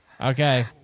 Okay